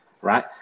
right